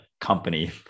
company